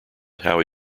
how